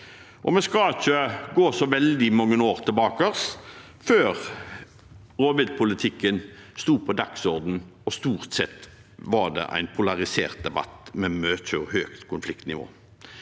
Vi skal ikke gå så veldig mange år tilbake før rovviltpolitikken sto på dagsordenen, og stort sett var det en polarisert debatt med høyt konfliktnivå.